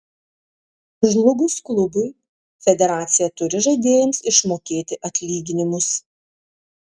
žlugus klubui federacija turi žaidėjams išmokėti atlyginimus